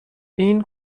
این